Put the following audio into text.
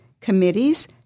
committees